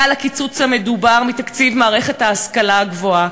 לקיצוץ המדובר בתקציב מערכת ההשכלה הגבוהה.